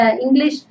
English